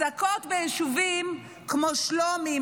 אזעקות ביישובים כמו שלומי,